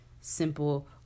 simple